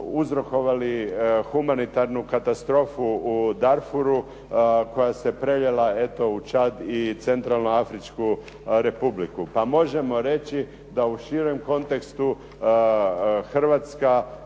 uzrokovali humanitarnu katastrofu u Darhuru koja se prenijela eto u Čad i Centralno Afričku Republiku. Pa možemo reći da u širem kontekstu Hrvatska